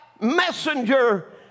messenger